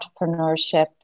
entrepreneurship